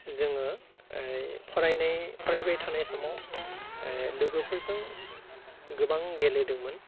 जोङो फरायनाय फरायबाय थनाय समाव लोगोफोरजों गोबां गेलेदोंमोन